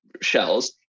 shells